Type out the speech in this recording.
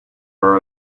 are